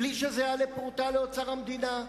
בלי שזה יעלה פרוטה לאוצר המדינה,